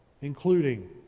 including